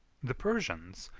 the persians,